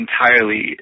entirely